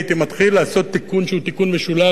הייתי מתחיל לעשות תיקון משולב,